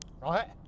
right